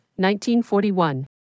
1941